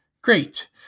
great